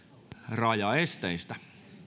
rajaesteistä